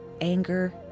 anger